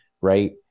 Right